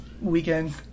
weekends